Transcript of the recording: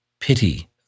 Pity